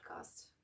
podcast